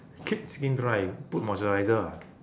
keep skin dry put moisturiser ah